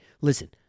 Listen